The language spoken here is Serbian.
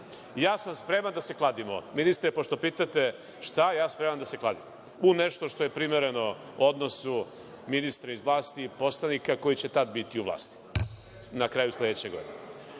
sam spreman da se kladimo ministre, pošto pitate šta, ja sam spreman da se kladim. U nešto što je primereno odnosu ministra iz vlasti i poslanika koji će tada biti u vlasti. Na kraju sledeće